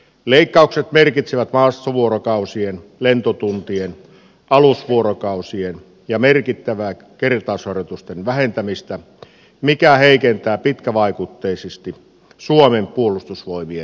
leikkaukset merkitsevät maastovuorokausien lentotuntien alusvuorokausien ja merkittävää kertausharjoitusten vähentämistä mikä heikentää pitkävaikutteisesti suomen puolustusvoimien suorituskykyä